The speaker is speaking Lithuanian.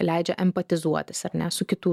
leidžia empatizuotis ar ne su kitų